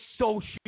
social